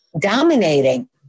dominating